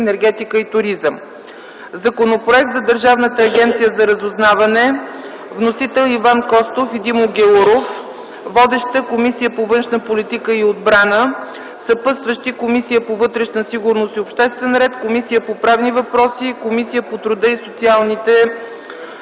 енергетика и туризъм. - Законопроект за Държавната агенция за разузнаване. Вносители са Иван Костов и Димо Гяуров. Водеща е Комисията по външна политика и отбрана. Съпътстващи са: Комисията по вътрешна сигурност и обществен ред, Комисията по правни въпроси и Комисията по труда и социалната